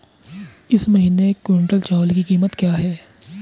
इस महीने एक क्विंटल चावल की क्या कीमत है?